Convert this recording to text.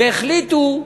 והחליטו,